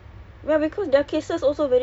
I feel like malaysia sekarang macam